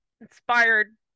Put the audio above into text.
inspired